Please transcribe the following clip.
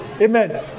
Amen